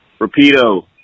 Rapido